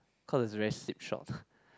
cause is very slipshot